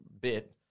bit